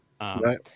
Right